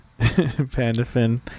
Pandafin